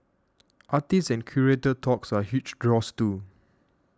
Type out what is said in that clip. artist and curator talks are huge draws too